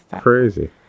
Crazy